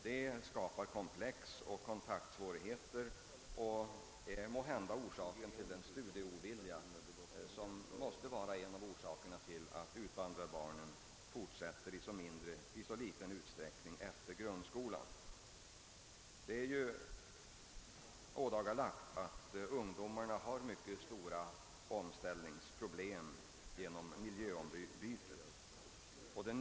Det skapar komplex och kontaktsvårigheter och är måhända orsaken till den studieovilja, som måste vara en av anledningarna till att invandrarbarnen i så liten utsträckning fortsätter studierna efter grundskolan. Det är ju ådagalagt att ungdomarna får mycket stora omställningsproblem genom miljöombytet.